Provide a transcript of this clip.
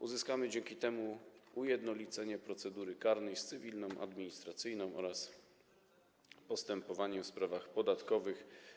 Uzyskamy dzięki temu ujednolicenie w zakresie procedury karnej i cywilnej, administracyjnej oraz postępowania w sprawach podatkowych.